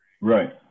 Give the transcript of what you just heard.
right